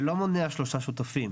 זה לא מונע שלושה שותפים.